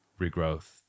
regrowth